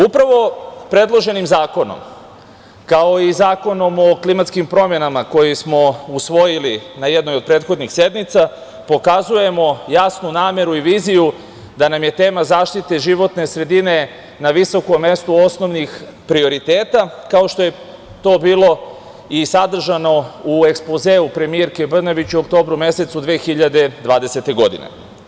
Upravo predloženim zakonom, kao i Zakonom o klimatskim promenama koji smo usvojili na jednoj od prethodnih sednica, pokazujemo jasnu nameru i viziju da nam je tema zaštite životne sredina na visokom mestu osnovnih prioriteta, kao što je to bilo i sadržano u ekspozeu premijerke Brnabić u oktobru mesecu 2020. godine.